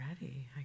ready